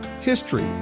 history